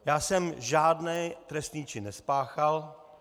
Já jsem žádný trestný čin nespáchal.